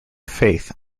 faith